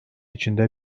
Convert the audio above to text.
içinde